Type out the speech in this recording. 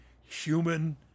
human